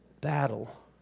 battle